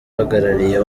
uhagarariye